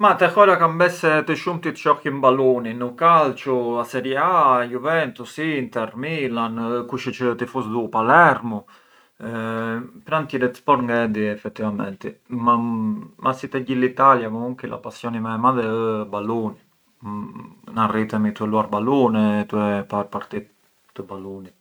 Ma te hora kam bes se më të shumtit shohjën balunin, u calciu, a Serie A, Juventus, Inter, Milan, kush ë çë ë tifus di u Palermu, pran te tjërët sport ngë e di veramenti, ma si te gjithë l’Italia a passioni më e madhe ë baluni, na rritemi tue luar balun e par partit të balunit.